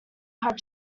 had